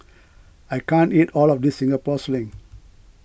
I can't eat all of this Singapore Sling